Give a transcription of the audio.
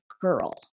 girl